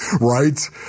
right